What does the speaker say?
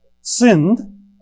sinned